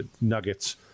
nuggets